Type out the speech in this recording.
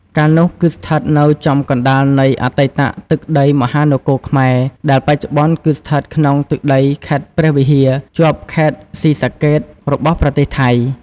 កាលនោះគឺស្ថិតនៅចំកណ្តាលនៃអតីតទឹកដីមហានគរខ្មែរ ដែលបច្ចុប្បន្នគឺស្ថិតក្នុងទឹកដីខេត្តព្រះវិហារ ជាប់ខេត្តស៊ីសាកេតរបស់ប្រទេសថៃ។